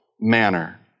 manner